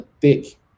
thick